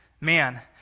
Man